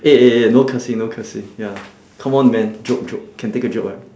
eh eh eh no cursing no cursing ya come on man joke joke can take a joke right